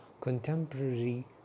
Contemporary